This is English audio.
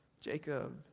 Jacob